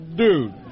dude